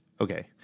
okay